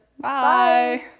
Bye